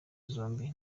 zombi